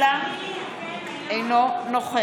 פתיחה שהיו נתונים